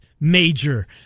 Major